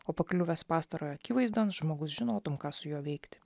o pakliuvęs pastarojo akivaizdon žmogus žinotum ką su juo veikti